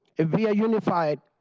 if we are unified,